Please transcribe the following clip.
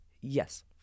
yes